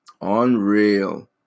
Unreal